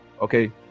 Okay